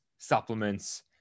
supplements